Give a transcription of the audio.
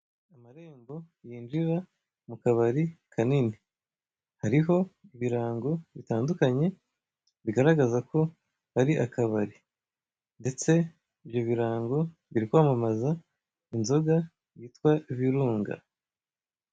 Amarembo yinjira mu kabari kanini, ariho ibirango bitandukanye bigaragaza ko ari akabari, ndetse ibyo birango biri kwamamaza inzoga yitwa Virunga.